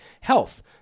health